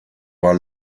war